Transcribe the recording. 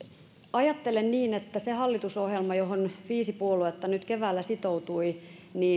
ajattelen niin että se hallitusohjelma johon viisi puoluetta nyt keväällä sitoutui